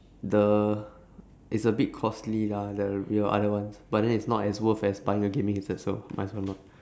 the it's a bit costly lah the real other ones but then it's not as worth as buying a gaming headset so might as well not